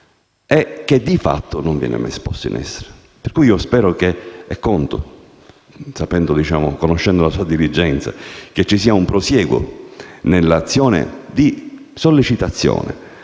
ma che di fatto non viene posto in essere. Per cui spero e conto, conoscendo la sua diligenza, che ci sia un prosieguo nell'azione di sollecitazione